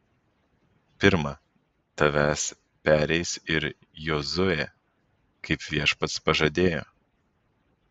pirma tavęs pereis ir jozuė kaip viešpats pažadėjo